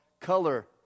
color